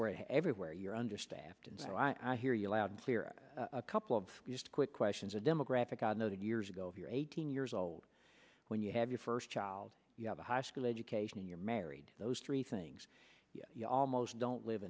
where everywhere you're understaffed and i hear you loud and clear a couple of quick questions a demographic i know that years ago if you're eighteen years old when you have your first child you have a high school education you're married those three things you almost don't live